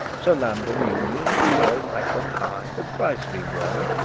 sir lamda mewnew and sir omicron pie had thrice been wrong,